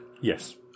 yes